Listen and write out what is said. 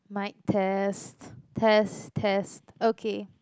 mic test test test okay